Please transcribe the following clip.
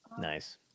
Nice